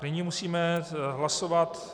Nyní musíme hlasovat